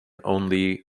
only